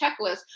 checklist